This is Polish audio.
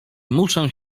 muszę